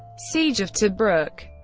siege of tobruk